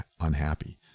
unhappy